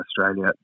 Australia